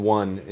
one